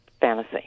fantasy